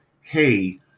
hey